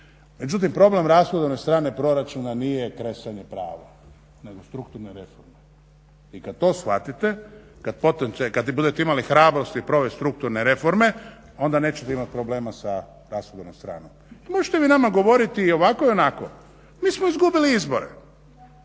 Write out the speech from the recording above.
Međutim, problem rashodovne strane proračuna nije kresanje prava nego strukturne reforme. I kad to shvatite, kad budete imali hrabrosti provesti strukturne reforme onda nećete imati problema sa rashodovnom stranom. I možete vi nama govoriti i ovako i onako. Mi smo izgubili izbore